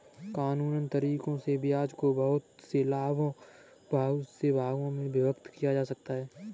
कानूनन तरीकों से ब्याज को बहुत से भागों में विभक्त किया जा सकता है